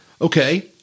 Okay